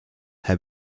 have